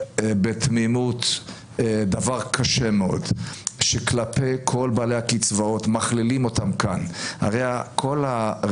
ובתמימות יש כאן דבר קשה מאוד שמכלילים בתוכו את כל בעלי הקצבאות.